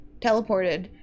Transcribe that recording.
teleported